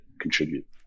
contribute